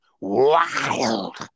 Wild